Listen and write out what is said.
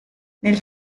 nel